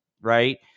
right